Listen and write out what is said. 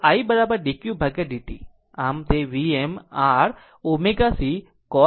આમ sin 90 o cos લખી શકે છે